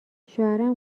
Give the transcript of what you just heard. شوهرم